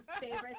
favorite